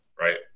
right